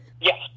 Yes